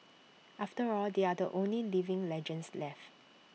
after all they are the only living legends left